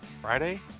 Friday